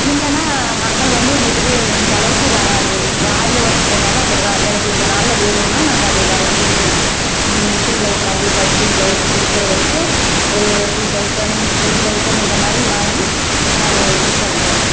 இல்லைன்னா மக்கள் வந்து எங்கள் கிட்டே இந்தளவுக்கு வராது ஆரி ஒர்க்கு போட்டாலும் அப்படி தான் எனக்கு இந்த நாளில் வேணுன்னால் நாங்கள் அது வரைஞ்சி செ மிஸினில் உக்காந்து தைச்சி ப்ளவுஸ் கொடுக்குற வரைக்கும் ஒரு டூ தௌசண்ட் த்ரீ தௌசண்ட் இந்த மாதிரி வாங்கி நாங்கள் இது பண்ணுறோம்